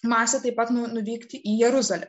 mąstė taip pat nu nuvykti į jeruzalę